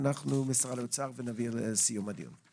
לאחר מכן משרד האוצר ואז נסכם את הדיון.